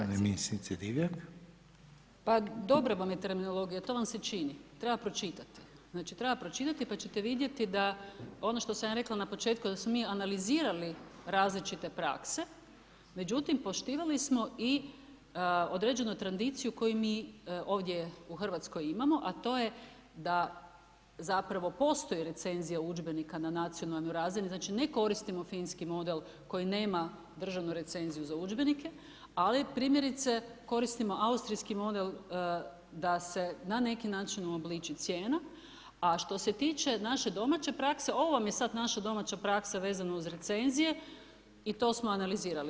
Pa dobra vam je terminologija, to vam se čini, treba pročitati, znači treba pročitati pa ćete vidjeti da ono što sam ja rekla na početku da smo mi analizirali različite prakse, međutim, poštivali smo i određenu tradiciju koju mi ovdje u Hrvatskoj imamo, a to je da zapravo postoji recenzija udžbenika na nacionalnoj razini, znači ne koristimo finski model koji nema državni recenziju za udžbenike, ali primjerice koristimo austrijski model da se na neki način uobliči cijena, a što se tiče naše domaće prakse, ovo vam je sad naša domaća praksa vezano uz recenzije i to smo analizirali.